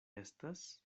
estas